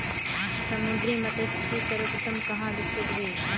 समुद्री मत्स्यिकी सर्वप्रथम कहां विकसित हुई?